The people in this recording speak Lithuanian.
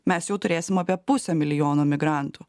mes jau turėsim apie pusę milijono migrantų